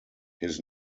his